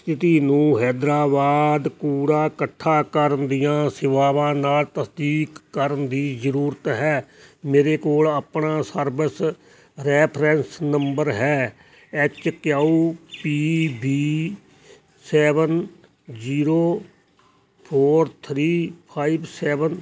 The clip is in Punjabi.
ਸਥਿਤੀ ਨੂੰ ਹੈਦਰਾਬਾਦ ਕੂੜਾ ਕੱਠਾ ਕਰਨ ਦੀਆਂ ਸੇਵਾਵਾਂ ਨਾਲ ਤਸਦੀਕ ਕਰਨ ਦੀ ਜ਼ਰੂਰਤ ਹੈ ਮੇਰੇ ਕੋਲ ਆਪਣਾ ਸਰਵਿਸ ਰੈਫਰੈਂਸ ਨੰਬਰ ਹੈ H Q P B seven zero four three five seven